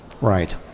Right